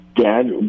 dad